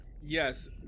Yes